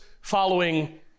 following